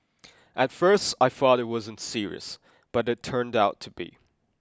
at first I thought it wasn't serious but it turned out to be